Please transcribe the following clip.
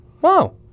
wow